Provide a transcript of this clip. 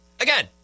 Again